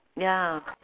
ya